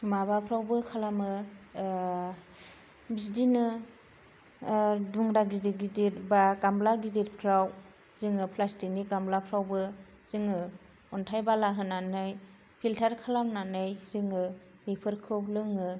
माबाफ्रावबो खालामो बिदिनो दुंग्रा गिदिर गिदिर बा गामला गिदिरफ्राव जोङो प्लासटिकनि गामलाफ्रावबो जोङो अन्थाइ बाला हानानै फिलतार खालामनानै जोङो बेफोरखौ लोङो